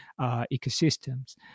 ecosystems